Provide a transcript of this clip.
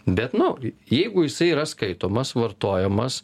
bet nu jeigu jisai yra skaitomas vartojamas